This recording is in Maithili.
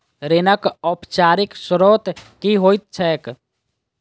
ऋणक औपचारिक स्त्रोत की होइत छैक?